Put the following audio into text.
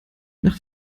nach